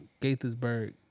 gaithersburg